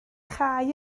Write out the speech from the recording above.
chau